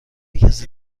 کسی